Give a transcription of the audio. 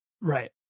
Right